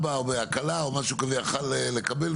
הקלה או משהו כזה יכל לקבל.